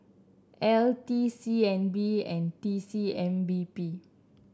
L T C N B and T C M P B